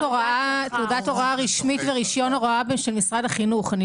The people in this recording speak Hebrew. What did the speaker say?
הוראה רשמית ורישיון הוראה של משרד החינוך.